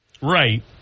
Right